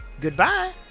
Goodbye